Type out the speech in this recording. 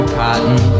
cotton